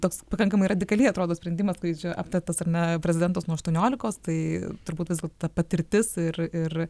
toks pakankamai radikaliai atrodo sprendimas kurį čia aptartas ar ne prezidentas nuo aštuoniolikos tai turbūt vis dėl to ta patirtis ir ir